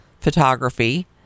photography